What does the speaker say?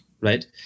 right